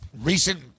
recent